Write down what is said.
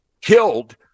killed